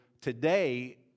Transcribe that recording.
today